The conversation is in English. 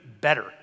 better